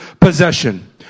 possession